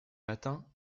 matin